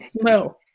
No